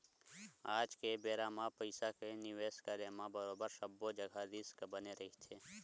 आज के बेरा म पइसा के निवेस करे म बरोबर सब्बो जघा रिस्क बने रहिथे